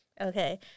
Okay